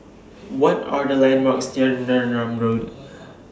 What Are The landmarks near Neram Road